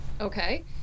Okay